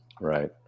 Right